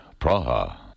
Praha